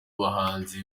bahanzi